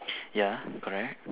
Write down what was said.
ya correct